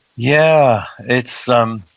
yeah, it's, um